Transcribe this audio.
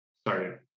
started